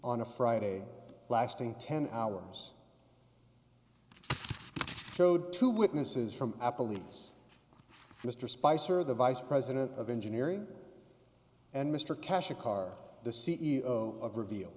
on a friday lasting ten hours showed two witnesses from applebee's mr spicer the vice president of engineering and mr cash a car the c e o of rev